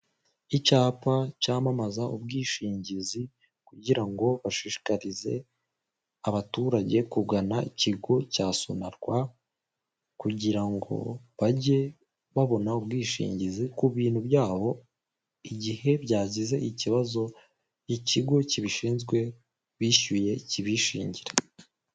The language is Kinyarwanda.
Icyapa cyamamaza ubwishingizi kugira ngo bashishikarize abaturage kugana ikigo cya sonarwa, kugira ngo bajye babona ubwishingizi ku bintu byabo igihe byagize ikibazo, ikigo kibishinzwe bishyuye kibishingire.